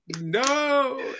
No